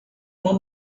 uma